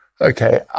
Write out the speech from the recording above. Okay